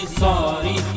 sorry